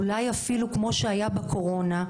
אולי אפילו כמו שהיה בקורונה,